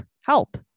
Help